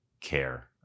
care